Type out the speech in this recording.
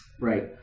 Right